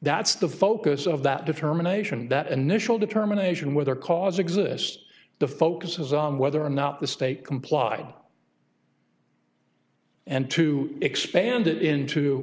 that's the focus of that determination that initial determination whether cause exists the focus is on whether or not the state complied and to expand it into